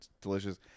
delicious